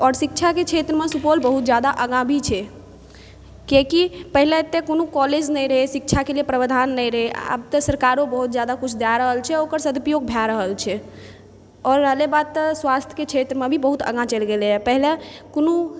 आोर शिक्षाके क्षेत्रमे सुपौल बहुत जादा आगा भी छै कियाकि पहिले एते कोनो कॉलेज नहि रहै शिक्षाके लिए प्रावधान नहि रहै आब तऽ सरकारो बहुत जादा कुछ दए रहल छै ओकर सदुपयोग भए रहल छै आोर रहलै बात तऽ स्वास्थ के क्षेत्र मे भी बहुत आगाँ चलि गेलैए पहिले कुनु